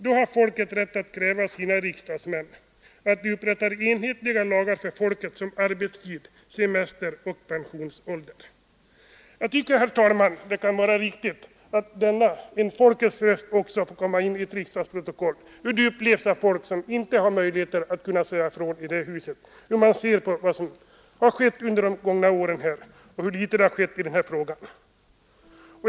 Då har folket rätt att kräva av sina riksdagsmän, att de upprättar enhetliga lagar för folket om arbetstid, semester och pensionsålder.” Jag tycker, herr talman, att det kan vara riktigt att folkets röst också får komma med i riksdagsprotokollet. Det nu citerade visar hur den nuvarande ordningen upplevs av folk som inte har möjlighet att säga ifrån i detta hus, hur man ser på det förhållandet att så litet har skett under de gångna åren.